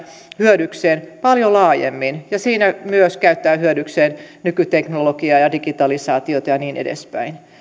hyödykseen paljon laajemmin ja siinä myös käyttää hyödykseen nykyteknologiaa ja digitalisaatiota ja niin edespäin